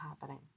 happening